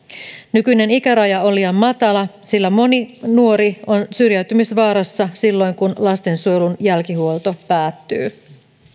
nykyinen ikäraja on liian matala sillä moni nuori on syrjäytymisvaarassa silloin kun lastensuojelun jälkihuolto päättyy